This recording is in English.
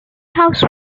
house